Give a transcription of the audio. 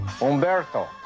Umberto